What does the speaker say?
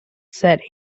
said